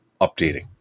updating